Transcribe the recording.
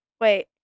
Wait